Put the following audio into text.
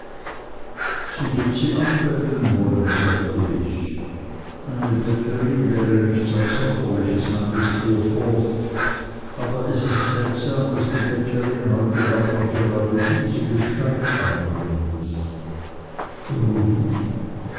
sie wird sie anbetteln wollen sagte ich eine bettlerin wäre nichts absonderliches meinte steerforth aber es ist seltsam daß die bettlerin heute abends gerade diese gestalt annehmen muß warum